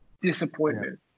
disappointment